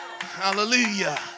Hallelujah